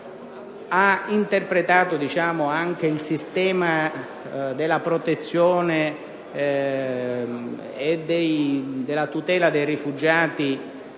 interpretato il sistema della protezione e della tutela dei rifugiati